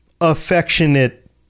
affectionate